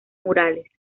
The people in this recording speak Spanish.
murales